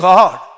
God